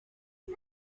mit